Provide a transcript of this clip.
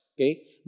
okay